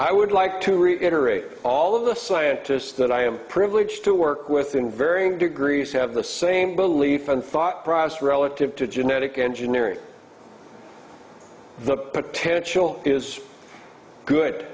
i would like to reiterate all of the scientists that i am privileged to work with in varying degrees have the same belief and thought process relative to genetic engineering the potential is good